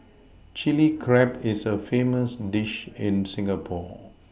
Chilli Crab is a famous dish in Singapore